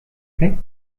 plaît